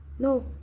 No